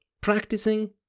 practicing